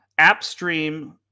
AppStream